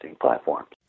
platforms